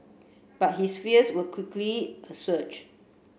but his fears were quickly assuaged